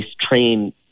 train